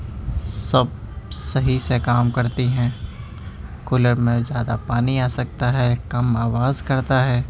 سب صحیح سے کام کرتی ہیں کولر میں زیادہ پانی آ سکتا ہے کم آواز کرتا ہے